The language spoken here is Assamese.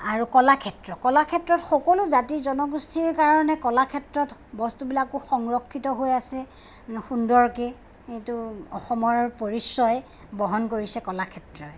আৰু কলাক্ষেত্ৰ কলাক্ষেত্ৰত সকলো জাতি জনগোষ্ঠীৰ কাৰণে কলাক্ষেত্ৰত বস্তুবিলাকো সংৰক্ষিত হৈ আছে সুন্দৰকে এইটো অসমৰ পৰিচয় বহন কৰিছে কলাক্ষেত্ৰই